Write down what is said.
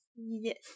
yes